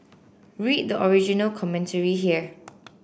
read the original commentary here